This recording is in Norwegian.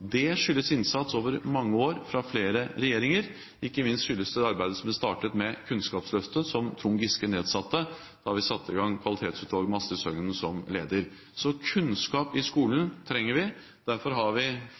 Det skyldes innsats over mange år fra flere regjeringer, ikke minst skyldes det det arbeidet som ble startet med Kunnskapsløftet under Trond Giske etter at vi satte i gang Kvalitetsutvalget med Astrid Søgnen som leder. Vi trenger kunnskap i skolen. Derfor har vi